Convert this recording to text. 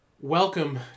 welcome